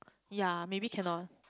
ya maybe cannot ah